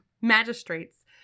magistrates